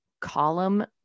column